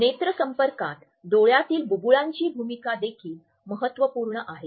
नेत्रसंपर्कात डोळ्यातील बुबुळांची भूमिका देखील महत्त्वपूर्ण आहे